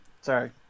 sorry